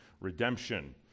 redemption